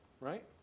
right